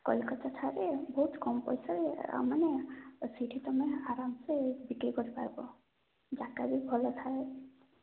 କୋଲକତା ଠାରେ ବହୁତ କମ୍ ପଇସାରେ ମାନେ ସେଇଠି ତୁମେ ଆରମସେ ବିକ୍ରି କରିପାରିବ ଯାଗା ବି ଭଲ ଥାଏ